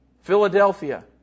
Philadelphia